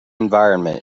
environment